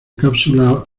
cápsulas